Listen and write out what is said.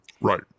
Right